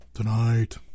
Tonight